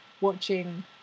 watching